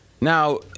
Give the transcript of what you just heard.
Now